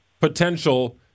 potential